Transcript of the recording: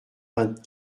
vingt